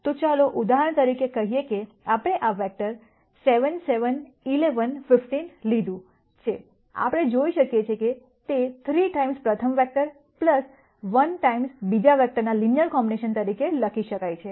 તો ચાલો ઉદાહરણ તરીકે કહીએ કે આપણે આ વેક્ટર 7 7 11 15 લીધું છે આપણે જોઈ શકીએ છીએ કે તે 3 ટાઈમ્સ પ્રથમ વેક્ટર 1 વખત બીજા વેક્ટરના લિનયર કોમ્બિનેશન તરીકે લખી શકાય છે